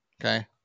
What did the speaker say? Okay